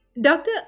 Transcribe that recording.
Doctor